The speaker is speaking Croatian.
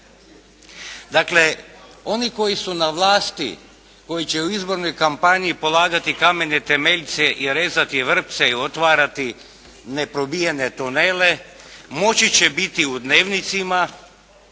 Dakle oni koji su na vlasti, koji će u izbornoj kampanji polagati kamene temeljce i rezati vrpce i otvarati neprobijene tunele moći će biti u dnevnicima,